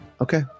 okay